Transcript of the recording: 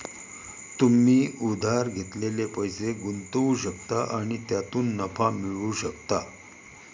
तुम्ही उधार घेतलेले पैसे गुंतवू शकता आणि त्यातून नफा मिळवू शकता